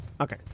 Okay